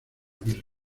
violín